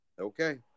Okay